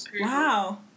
Wow